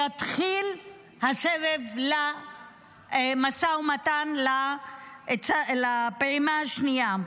יתחיל הסבב של המשא ומתן לפעימה השנייה,